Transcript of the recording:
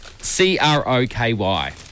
C-R-O-K-Y